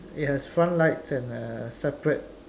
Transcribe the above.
it has front lights and a separate